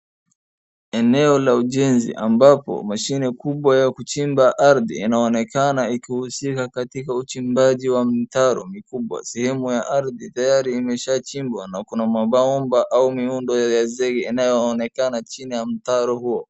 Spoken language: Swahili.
Eneo la ujenzi ambapo mashine kubwa ya kuchimba ardhi inaonekana ikihusika katika uchimbaji wa mtaro mikubwa. Sehemu ya ardhi tayari imeshaachimbwa na kuna mabaoba au miundo ya zege inayoonekana chini ya mtaro huo.